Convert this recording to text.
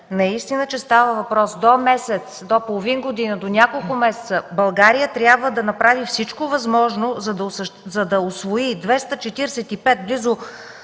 наистина, че става въпрос до половин година, до няколко месеца България трябва да направи всичко възможно, за да усвои близо